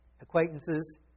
Acquaintances